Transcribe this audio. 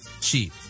cheap